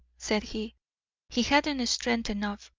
said he he hadn't strength enough.